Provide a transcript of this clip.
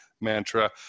mantra